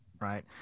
Right